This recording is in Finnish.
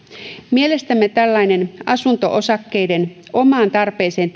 mielestämme tällaisen asunto osakkeiden omaan tarpeeseen